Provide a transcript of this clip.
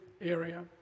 area